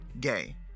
Gay